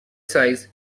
size